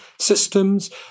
systems